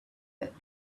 that